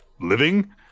living